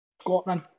Scotland